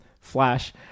Flash